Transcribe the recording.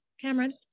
cameron